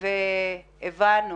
והבנו